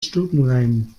stubenrein